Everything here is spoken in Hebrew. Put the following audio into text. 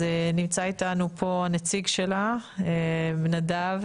נמצא איתנו פה הנציג שלה, נדב